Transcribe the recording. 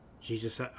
Jesus